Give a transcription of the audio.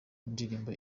indirimbo